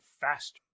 faster